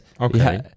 Okay